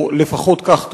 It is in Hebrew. או לפחות כך טוענים.